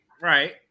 Right